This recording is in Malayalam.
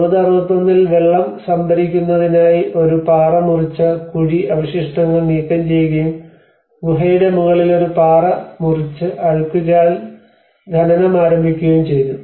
60 61 ൽ വെള്ളം സംഭരിക്കുന്നതിനായി ഒരു പാറ മുറിച്ച കുഴി അവശിഷ്ടങ്ങൾ നീക്കം ചെയ്യുകയും ഗുഹയുടെ മുകളിൽ പാറ മുറിച്ച അഴുക്കുചാൽ ഖനനം ആരംഭിക്കുകയും ചെയ്തു